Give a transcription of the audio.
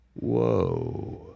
Whoa